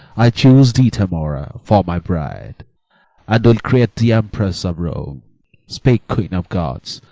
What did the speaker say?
i choose thee, tamora, for my bride and will create thee emperess of rome. speak, queen of goths,